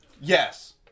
Yes